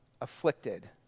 afflicted